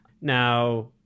Now